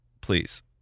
Please